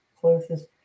closest